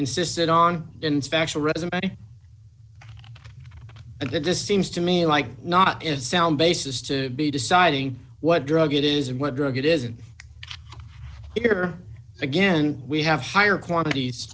insisted on inspection resume and that just seems to me like not is a sound basis to be deciding what drug it is and what drug it isn't here again we have higher quantities